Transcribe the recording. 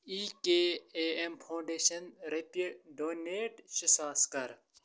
E K A M foundation رۄپیہِ donate شےٚ ساس کَر